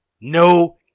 No